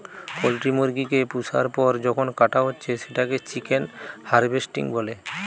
poultry মুরগি কে পুষার পর যখন কাটা হচ্ছে সেটাকে চিকেন হার্ভেস্টিং বলে